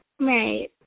Right